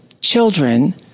children